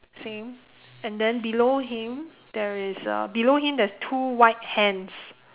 same and then below him there is uh below him there's two white hens